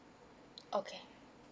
okay